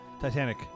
Titanic